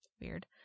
Weird